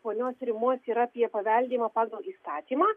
ponios rimos yra apie paveldėjimą pagal įstatymą